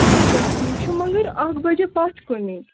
اَدٕ کیٛاہ ٹھیٖک چھُ مگر اَکھ بَجے پَتھ کُنٕے